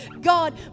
God